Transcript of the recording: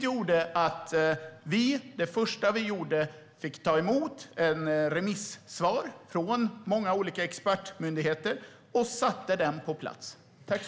Därför var det första som vi gjorde att ta emot remissvar från många olika expertmyndigheter och sätta denna förordning på plats.